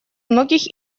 многих